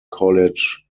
college